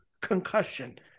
concussion